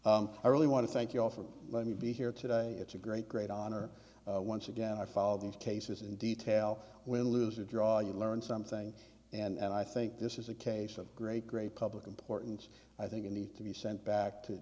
i really want to thank you all for let me be here today it's a great great honor once again i follow these cases in detail win lose or draw you learn something and i think this is a case of great great public importance i think it needs to be sent back to